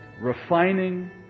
refining